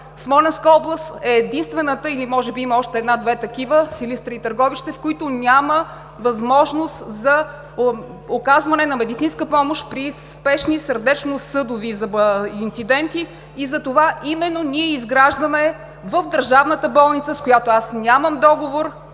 Смолянска област е единствената или може би има още една-две такива – Силистра и Търговище, в които няма възможност за оказване на медицинска помощ при спешни сърдечно-съдови инциденти. Затова именно ние изграждаме в държавната болница, с която аз нямам договор,